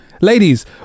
ladies